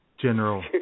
general